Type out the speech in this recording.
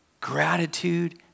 gratitude